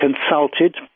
consulted